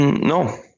No